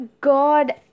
god